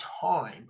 time